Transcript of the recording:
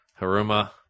Haruma